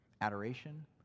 Adoration